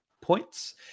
Points